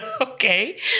Okay